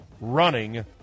running